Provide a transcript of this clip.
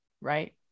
Right